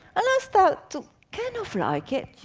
and i start to kind of like it.